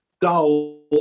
dull